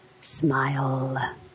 Smile